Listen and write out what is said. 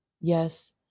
yes